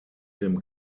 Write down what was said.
dem